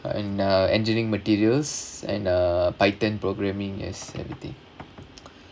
and uh engineering materials and uh python programming as everything